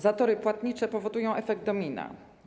Zatory płatnicze powodują efekt domina.